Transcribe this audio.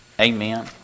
Amen